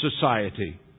society